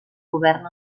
govern